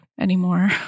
anymore